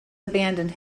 abandoned